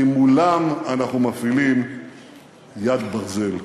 כי מולם אנחנו מפעילים יד ברזל.